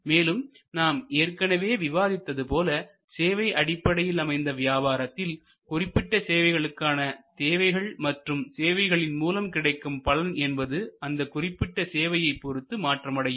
மேலும் நாம் ஏற்கனவே விவாதித்தது போல சேவை அடிப்படையில் அமைந்த வியாபாரத்தில் குறிப்பிட்ட சேவைக்கான தேவைகள் மற்றும் சேவைகளின் மூலம் கிடைக்கும் பலன் என்பது அந்த குறிப்பிட்ட சேவையைப் பொருத்து மாற்றமடையும்